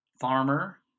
Farmer